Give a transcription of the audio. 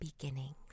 beginnings